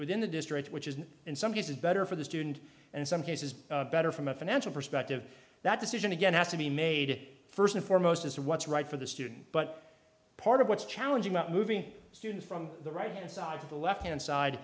within the district which is in some cases better for the student and some cases better from a financial perspective that decision again has to be made first and foremost as to what's right for the student but part of what's challenging about moving students from the right side to the left hand side